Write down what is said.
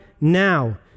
now